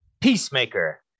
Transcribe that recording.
Peacemaker